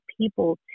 people